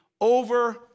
over